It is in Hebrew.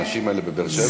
האנשים האלה בבאר-שבע?